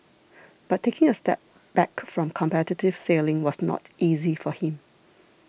but taking a step back from competitive sailing was not easy for him